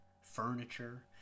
furniture